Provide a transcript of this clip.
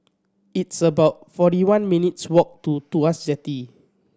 it's about forty one minutes' walk to Tuas Jetty